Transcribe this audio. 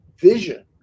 vision